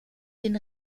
den